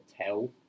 tell